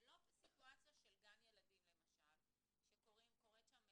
זו לא סיטואציה של גן ילדים שקורית בו